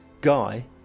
guy